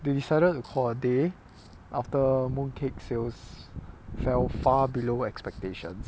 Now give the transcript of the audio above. they decided to call a day after mooncake sales fell far below expectations